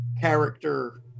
character